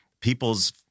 people's